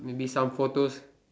maybe some photos